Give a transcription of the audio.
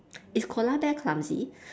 is koala bear clumsy